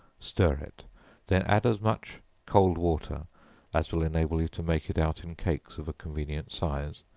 stir it then add as much cold water as will enable you to make it out in cakes of a convenient size,